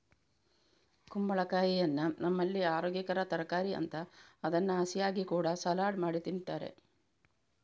ಕುಂಬಳಕಾಯಿಯನ್ನ ನಮ್ಮಲ್ಲಿ ಅರೋಗ್ಯಕರ ತರಕಾರಿ ಅಂತ ಅದನ್ನ ಹಸಿಯಾಗಿ ಕೂಡಾ ಸಲಾಡ್ ಮಾಡಿ ತಿಂತಾರೆ